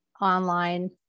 online